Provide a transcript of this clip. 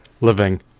living